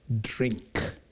drink